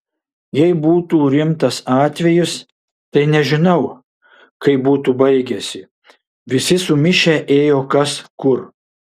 jei būtų rimtas atvejis tai nežinau kaip būtų baigęsi visi sumišę ėjo kas kur